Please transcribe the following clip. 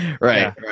Right